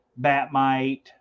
Batmite